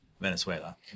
Venezuela